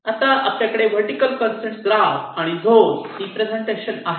आता आपल्याकडे vertical constrain graph आणि झोन रिप्रेझेंटेशन आहे